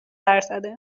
درصده